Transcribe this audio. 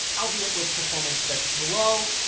albeit with performance that below,